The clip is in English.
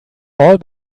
all